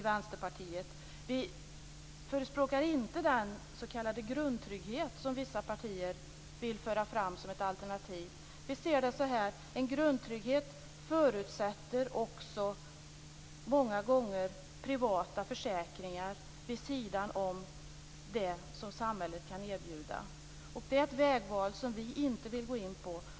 Vi förespråkar inte den s.k. grundtrygghet som vissa partier vill föra fram som ett alternativ. Vi ser det så att en grundtrygghet många gånger förutsätter privata försäkringar vid sidan av det som samhället kan erbjuda. Det är en väg som vi inte vill gå in på.